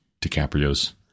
DiCaprio's